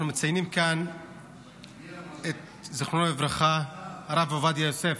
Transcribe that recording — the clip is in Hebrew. אנחנו מציינים כאן את הרב עובדיה יוסף,